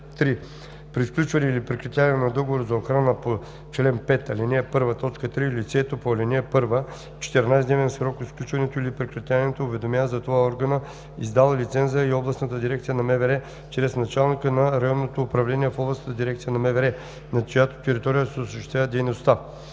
(3) При сключване или прекратяване на договор за охрана по чл. 5, ал. 1, т. 3 лицето по ал. 1 в 14-дневен срок от сключването или прекратяването уведомява за това органа, издал лиценза, и областната дирекция на МВР чрез началника на районното управление в областната дирекция на МВР, на чиято територия се осъществява дейността.